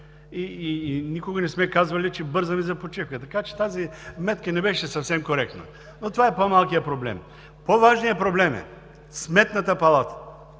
и никога не сме казвали, че бързаме за почивка Така че тази вметка не беше съвсем коректна, но това е по-малкия проблем. По-важният проблем е Сметната палата.